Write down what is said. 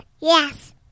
Yes